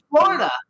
Florida